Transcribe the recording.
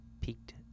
peaked